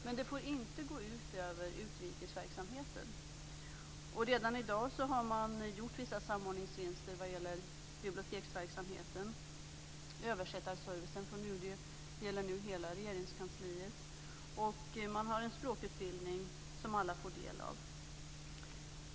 Men det får inte gå ut över utrikesverksamheten. Redan i dag har man gjort vissa samordningsvinster vad gäller biblioteksverksamheten. Översättarservicen från UD gäller nu hela Regeringskansliet. Man har även en språkutbildning som alla får del av.